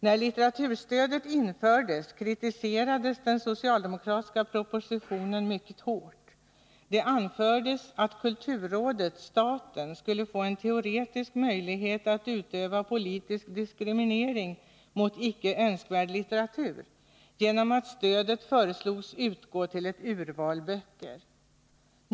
När litteraturstödet infördes kritiserades den socialdemokratiska propositionen mycket hårt. Det anfördes att kulturrådet — staten — skulle få en teoretisk möjlighet att utöva politisk diskriminering mot icke önskvärd litteratur genom att stödet föreslogs utgå till ett urval böcker.